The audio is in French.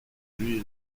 lui